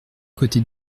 côtés